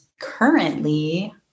currently